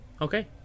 Okay